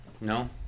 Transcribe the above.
No